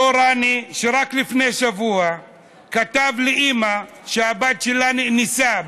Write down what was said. אותו רני שרק לפני שבוע כתב לאימא שהבת שלה נאנסה,